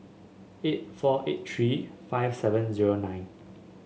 eight four eight tree five seven zero nine